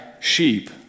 sheep